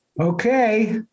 okay